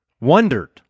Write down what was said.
wondered